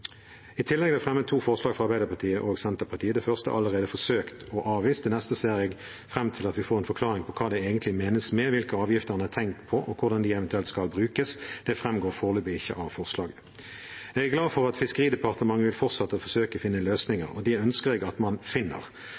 I tillegg er det fremmet to forslag fra Arbeiderpartiet og Senterpartiet. Det første er allerede forsøkt avvist. Det neste ser jeg fram til at vi får en forklaring på hva som egentlig menes med det, hvilke avgifter en har tenkt på, og hvordan de eventuelt skal brukes. Det framgår foreløpig ikke av forslaget. Jeg er glad for at Fiskeridepartementet vil fortsette å forsøke å finne løsninger, og dem ønsker jeg at man finner,